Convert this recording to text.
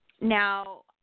Now